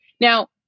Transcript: Now